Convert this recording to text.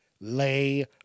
lay